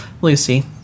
Lucy